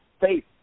faith